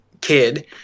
kid